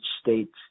state's